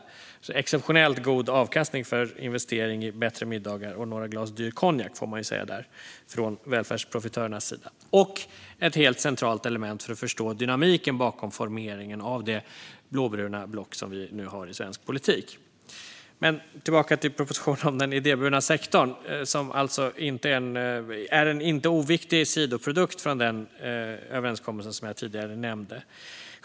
Det var en exceptionellt god avkastning av en investering i bättre middagar och några glas dyr konjak från välfärdsprofitörernas sida, får man säga. Det är ett helt centralt element för att förstå dynamiken bakom formeringen av det blåbruna block som vi nu har i svensk politik. Jag går tillbaka till propositionen om den idéburna sektorn. Den är en inte oviktig sidoprodukt av den överenskommelse som jag tidigare nämnde.